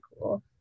cool